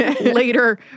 later